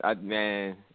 Man